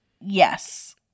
yes